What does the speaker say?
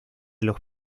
los